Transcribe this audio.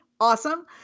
Awesome